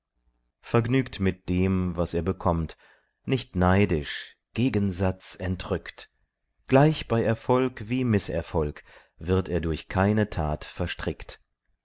vergnügt mit dem was er bekommt nicht neidisch gegensatz entrückt gleich bei erfolg wie mißerfolg wird er durch keine tat verstrickt